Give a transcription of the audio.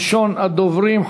ראשון הדוברים,